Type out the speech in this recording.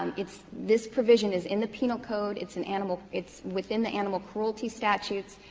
um it's this provision is in the penal code. it's an animal it's within the animal cruelty statutes.